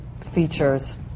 features